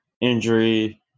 Injury